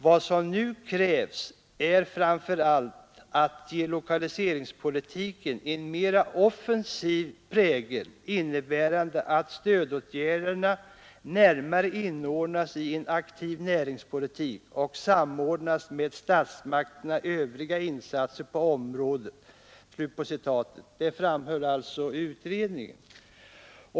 — Vad som nu krävs är framför allt att ge lokaliseringspolitiken en mer offensiv prägel, innebärande att stödåtgärderna närmare inordnas i en aktiv näringspolitik och samordnas med statsmakternas övriga insatser på området, framhöll utredningen.